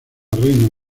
reina